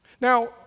Now